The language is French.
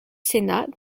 sénat